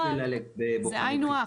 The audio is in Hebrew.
אין לי שאלה לבוחנים חיצוניים.